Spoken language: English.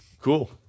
Cool